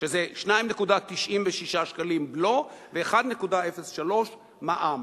שזה 2.99 שקלים בלו, ו-1.03 מע"מ.